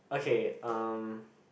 okay um